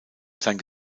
sein